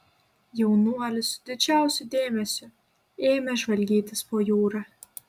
jaunuolis su didžiausiu dėmesiu ėmė žvalgytis po jūrą